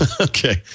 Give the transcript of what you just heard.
Okay